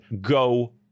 go